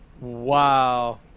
Wow